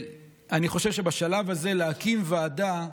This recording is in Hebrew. אני חושב שבשלב הזה להקים ועדה,